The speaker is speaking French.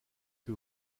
que